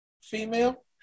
female